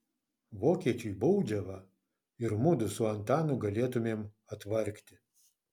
vokiečiui baudžiavą ir mudu su antanu galėtumėm atvargti